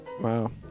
wow